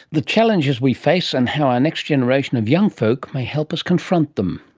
the challenges we face and how our next generation of young folk may help us confront them.